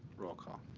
roll call.